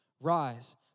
rise